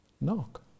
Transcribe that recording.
knock